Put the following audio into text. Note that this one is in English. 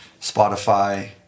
Spotify